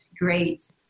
great